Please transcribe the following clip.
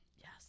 Yes